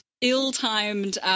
ill-timed